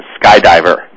skydiver